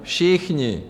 Všichni.